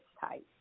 tight